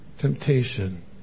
temptation